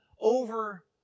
over